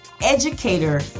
educator